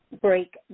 break